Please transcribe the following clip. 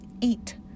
eat